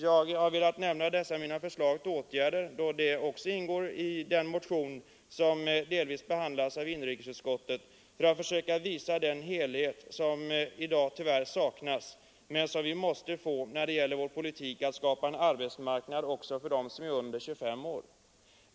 Jag har velat nämna dessa mina förslag till åtgärder då de finns med i den motion som delvis behandlats av inrikesutskottet. Jag har försökt visa på en helhetssyn som i dag tyvärr saknas men som vi måste få till stånd när det gäller politiken för att skapa en arbetsmarknad också för dem som är under 25 år.